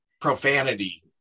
profanity